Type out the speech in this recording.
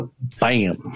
Bam